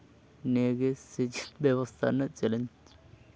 ᱱᱤᱭᱟᱹᱜᱮ ᱥᱮᱪᱮᱫ ᱵᱮᱵᱚᱥᱛᱷᱟ ᱨᱮᱱᱟᱜ ᱪᱮᱞᱮᱧᱡᱽ